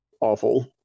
awful